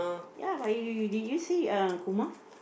ya but y~ y~ y~ did you see uh Kumar